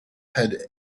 had